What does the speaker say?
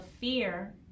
fear